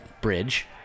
bridge